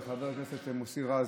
וחבר הכנסת מוסי רז,